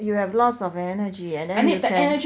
you have lots of energy and then you can